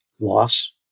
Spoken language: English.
loss